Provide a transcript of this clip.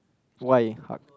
why